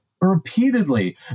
repeatedly